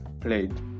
played